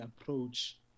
approach